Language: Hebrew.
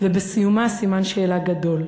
ובסיומה סימן שאלה גדול.